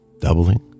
doubling